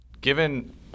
Given